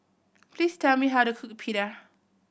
please tell me how to cook Pita